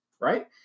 right